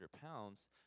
pounds